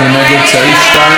סעיף 2, כהצעת